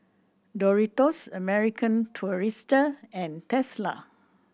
Doritos American Tourister and Tesla